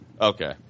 Okay